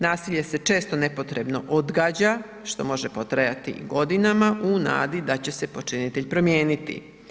Nasilje se često nepotrebno odgađa, što može potrajati i godinama u nadi da će se počinitelj promijeniti.